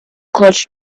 clutch